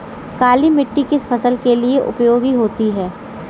काली मिट्टी किस फसल के लिए उपयोगी होती है?